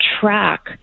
track